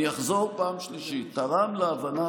אני אחזור פעם שלישית: תרם להבנה